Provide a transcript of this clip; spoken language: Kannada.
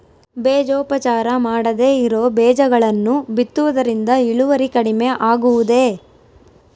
ಬೇಜೋಪಚಾರ ಮಾಡದೇ ಇರೋ ಬೇಜಗಳನ್ನು ಬಿತ್ತುವುದರಿಂದ ಇಳುವರಿ ಕಡಿಮೆ ಆಗುವುದೇ?